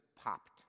popped